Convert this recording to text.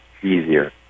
easier